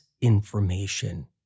information